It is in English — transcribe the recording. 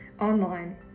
online